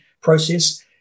process